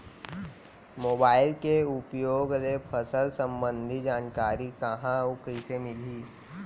Mobile के उपयोग ले फसल सम्बन्धी जानकारी कहाँ अऊ कइसे मिलही?